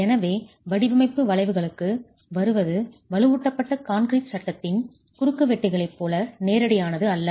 எனவே வடிவமைப்பு வளைவுகளுக்கு வருவது வலுவூட்டப்பட்ட கான்கிரீட் சட்டத்தின் குறுக்குவெட்டுகளைப் போல நேரடியானது அல்ல